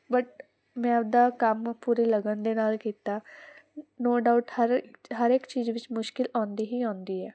but ਮੈਂ ਆਪਦਾ ਕੰਮ ਪੂਰੀ ਲਗਨ ਦੇ ਨਾਲ ਕੀਤਾ ਨੋ ਡਾਊਟ ਹਰ ਇੱਕ ਚੀਜ਼ ਵਿੱਚ ਮੁਸ਼ਕਿਲ ਆਉਂਦੀ ਹੀ ਆਉਂਦੀ ਹੈ